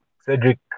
Cedric